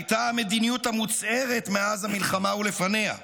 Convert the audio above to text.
הייתה המדיניות המוצהרת" מאז המלחמה ולפניה.